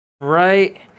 right